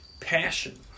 passion